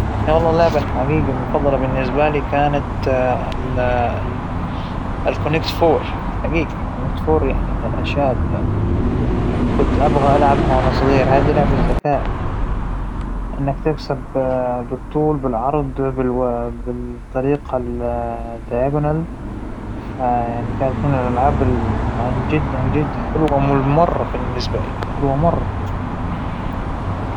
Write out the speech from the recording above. ما أعتقد أنه عندى لعبة مفظلة فى طفولتى، لكن أظن إنه كنت أفظل دايم ألعب بلعبة الدكتورة، كنت أبى لما أكبر أصير دكتورة، هاى كان حلم حياتى، كنت أجيب أخوانى صغار وأخليهم المرضى وأنا الدكتورة، اللى تكشف عليهم وتكتبلهم العلاج وهاى الشغلات.